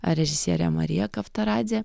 režisierė marija kavtaradzė